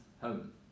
home